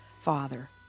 Father